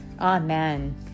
Amen